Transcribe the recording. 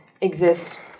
exist